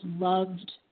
loved